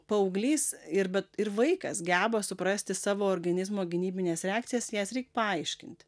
paauglys ir bet ir vaikas geba suprasti savo organizmo gynybines reakcijas jas reik paaiškinti